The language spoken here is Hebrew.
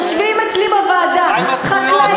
יושבים אצלי בוועדה מה עם הזכויות,